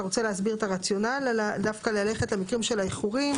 אתה רוצה להסביר את הרציונל דווקא ללכת על מקרים של האיחורים?